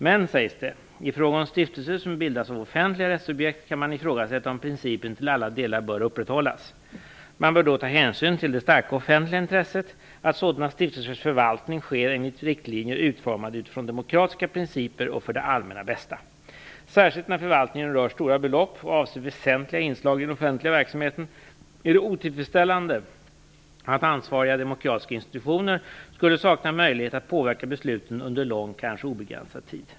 Men, sägs det, i fråga om stiftelser som har bildats av offentliga rättssubjekt kan man ifrågasätta om principen till alla delar bör upprätthållas. Man bör ta hänsyn till det starka offentliga intresset av att sådana stiftelsers förvaltning sker enligt riktlinjer utformade utifrån demokratiska principer och för det allmännas bästa. Särskilt när förvaltningen rör stora belopp och avser väsentliga inslag i den offentliga verksamheten är det otillfredsställande att ansvariga demokratiska institutioner skulle sakna möjlighet att påverka besluten under lång, kanske obegränsad, tid.